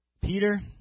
Peter